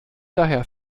daher